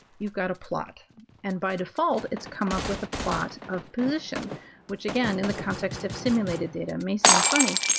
you've got a plot and by default it's come up with a plot of position which again in the context of simulated data may seem funny,